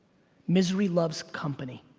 misery loves company.